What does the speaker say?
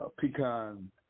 pecan